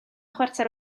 chwarter